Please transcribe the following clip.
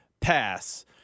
pass